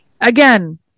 Again